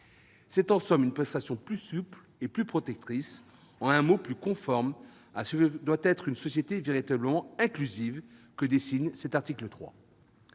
C'est en somme une prestation plus souple et plus protectrice, en un mot plus conforme à ce que doit être une société véritablement inclusive, que dessine l'article 3.